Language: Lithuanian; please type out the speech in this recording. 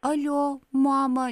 alio mama